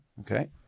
okay